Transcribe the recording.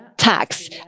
tax